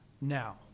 now